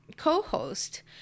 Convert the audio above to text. co-host